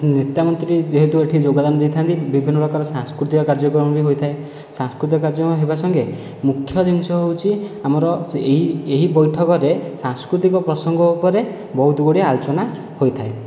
ନେତାମନ୍ତ୍ରୀ ଯେହେତୁ ଏଠି ଯୋଗଦାନ ଦେଇଥାନ୍ତି ବିଭିନ୍ନ ପ୍ରକାର ସାଂସ୍କୃତିକ କାର୍ଯ୍ୟକ୍ରମ ବି ହୋଇଥାଏ ସାଂସ୍କୃତିକ କାର୍ଯ୍ୟକ୍ରମ ହେବା ସଙ୍ଗେ ମୁଖ୍ୟ ଜିନିଷ ହେଉଛି ଆମର ଏହି ବୈଠକରେ ସାଂସ୍କୃତିକ ପ୍ରସଙ୍ଗ ଉପରେ ବହୁତ ଗୁଡ଼ିଏ ଆଲୋଚନା ହୋଇଥାଏ